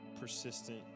persistent